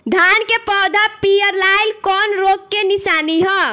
धान के पौधा पियराईल कौन रोग के निशानि ह?